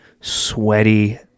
sweaty